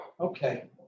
okay